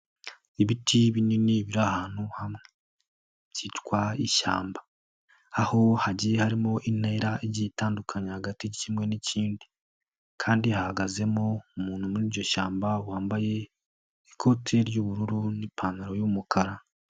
Ibiti binini biri ahantu hamwe, byitwa ishyamba. Aho hagiye harimo intera igiye itandukanya hagati kimwe n'ikindi, kandi hahagazemo umuntu muri iryo shyamba wambaye ikote ry'ubururu n'ipantaro y'umukara.